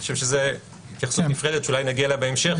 אני חושב שזאת התייחסות נפרדת שאולי נגיע אליה בהמשך,